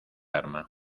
arma